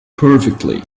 perfectly